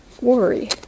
worry